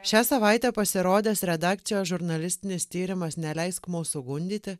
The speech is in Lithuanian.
šią savaitę pasirodęs redakcijos žurnalistinis tyrimas neleisk mūsų gundyti